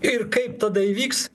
ir kaip tada įvyks